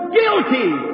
guilty